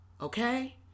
okay